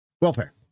Welfare